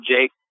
Jake